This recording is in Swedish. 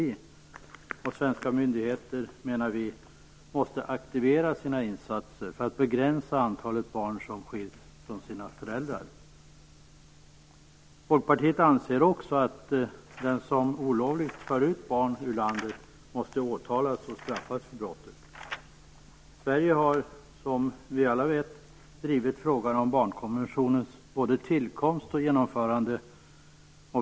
Vi menar att svenska myndigheter måste aktivera sina insatser för att begränsa antalet barn som skiljs från sina föräldrar. Folkpartiet anser också att den som olovligt fört ut barnet ur landet måste åtalas och straffas för brottet. Sverige har, som vi alla vet, drivit frågan om barnkonventionens både tillkomst och genomförande.